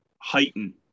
heighten